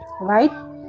right